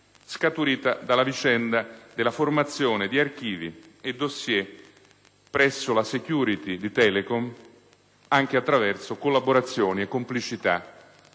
scaturita dalla vicenda della formazione di archivi e *dossier* presso la *security* di Telecom, anche attraverso collaborazioni e complicità